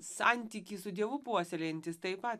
santykį su dievu puoselėjantys taip pa